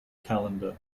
calendar